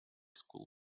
school